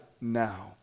now